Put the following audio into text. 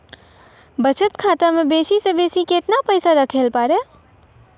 बचत खाता म बेसी से बेसी केतना पैसा रखैल पारों?